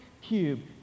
cube